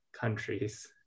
countries